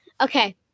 okay